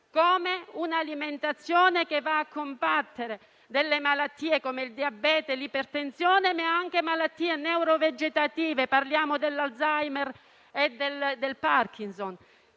Veronesi - che va a combattere malattie come il diabete, l'ipertensione e anche malattie neurovegetative (parliamo dell'Alzheimer e del Parkinson).